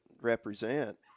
represent